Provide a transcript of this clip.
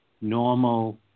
normal